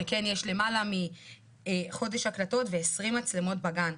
שכן יש למעלה מחודש הקלטות ו-20 מצלמות בגן.